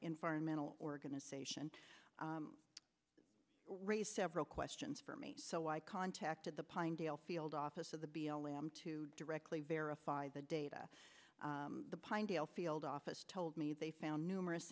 environmental organization to raise several questions for me so i contacted the pinedale field office of the b l m to directly verify the data the pinedale field office told me they found numerous